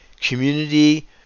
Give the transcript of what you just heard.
community